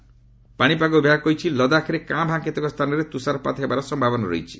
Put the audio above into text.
ପାଶିପାଗ ବିଭାଗ କହିଛି ଲଦାଖରେ କାଁ ଭାଁ କେତେକ ସ୍ଥାନରେ ତୁଷାରପାତ ହେବାର ସମ୍ଭାବନା ରହିଛି